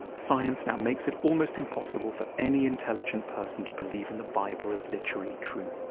science now makes it almost impossible for any intelligent person to believe in the bible is literally true.